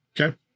okay